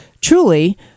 truly